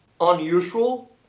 unusual